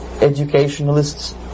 educationalists